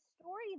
story